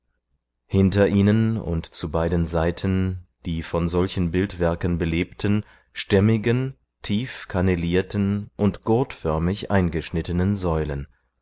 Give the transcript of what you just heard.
hinter ihnen und zu beiden seiten die von solchen bildwerken belebten stämmigen tief kannelierten und gurtförmig eingeschnittenen säulen